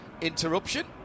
interruption